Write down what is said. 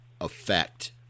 effect